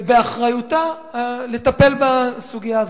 ובאחריותה לטפל בסוגיה הזו.